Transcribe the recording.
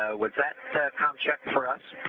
ah was that that com check for us?